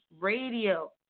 Radio